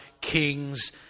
kings